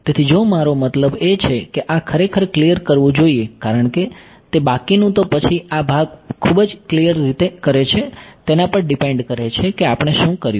તેથી જો મારો મતલબ છે કે આ ખરેખર ક્લીયર કરવું જોઈએ કારણ કે તે બાકીનું તો પછી આ ભાગ ખૂબ જ ક્લીયર રીતે કરે છે તેના પર ડીપેંડ કરે છે કે આપણે શું કર્યું